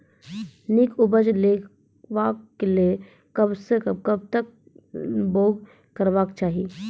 नीक उपज लेवाक लेल कबसअ कब तक बौग करबाक चाही?